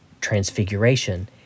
transfiguration